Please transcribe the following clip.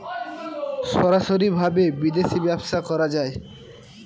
সরাসরি ভাবে বিদেশী ব্যবসা করা যায়